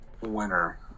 winner